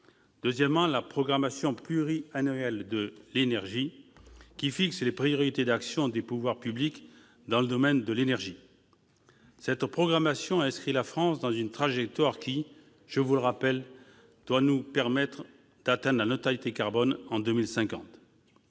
également sur la programmation pluriannuelle de l'énergie, la PPE, qui fixe les priorités d'actions des pouvoirs publics dans le domaine l'énergie. Cette programmation inscrit la France dans une trajectoire qui, je vous le rappelle, mes chers collègues, doit nous permettre d'atteindre la neutralité carbone en 2050.